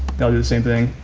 they'll do the same thing.